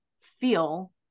feel